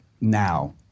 now